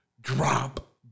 drop